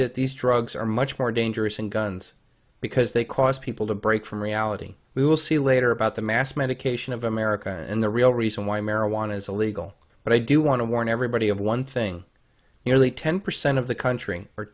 that these drugs are much more dangerous and guns because they cause people to break from reality we will see later about the mass medication of america and the real reason why marijuana is illegal but i do want to warn everybody of one thing nearly ten percent of the country or